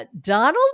Donald